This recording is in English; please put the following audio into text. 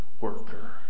worker